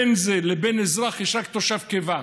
בין זה לבין אזרח יש רק תושב קבע,